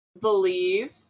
believe